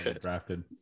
Drafted